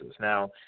Now